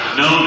no